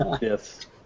Yes